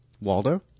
Waldo